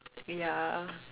yeah